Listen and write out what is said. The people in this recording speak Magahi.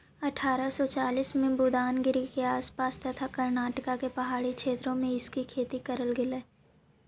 अठारा सौ चालीस में बुदानगिरी के आस पास तथा कर्नाटक के पहाड़ी क्षेत्रों में इसकी खेती करल गेलई